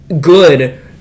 good